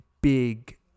big